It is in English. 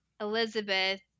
Elizabeth